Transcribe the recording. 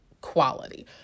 quality